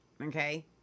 Okay